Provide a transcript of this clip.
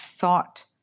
thought